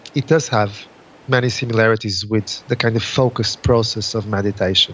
it does have many similarities with the kind of focused process of meditation